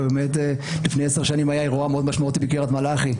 ובאמת לפני עשר שנים היה אירוע מאוד משמעותי בקריית מלאכי,